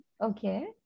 Okay